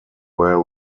were